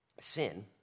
Sin